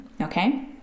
Okay